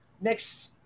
next